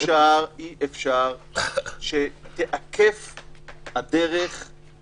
הספציפית אני חושב שהיושב-ראש צודק,